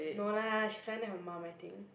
no lah she flying there her mum I think